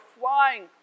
flying